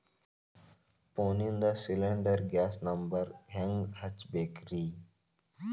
ಫೋನಿಂದ cylinder gas number ಹೆಂಗ್ ಹಚ್ಚ ಬೇಕ್ರಿ?